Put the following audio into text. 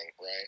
right